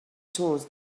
tools